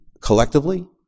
collectively